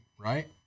right